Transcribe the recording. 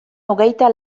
hogeita